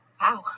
Wow